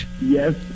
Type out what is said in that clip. Yes